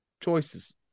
choices